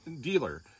dealer